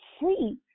free